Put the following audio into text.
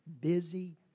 busy